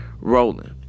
rolling